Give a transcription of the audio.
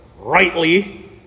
Rightly